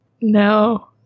No